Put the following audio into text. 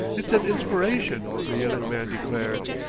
it's an inspiration, the younger man declared.